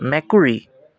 মেকুৰী